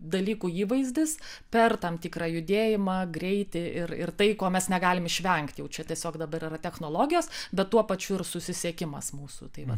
dalykų įvaizdis per tam tikrą judėjimą greitį ir ir tai ko mes negalim išvengti jau čia tiesiog dabar yra technologijos bet tuo pačiu ir susisiekimas mūsų tai va